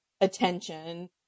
attention